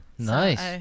nice